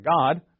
God